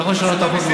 צריך לשנות את החוק.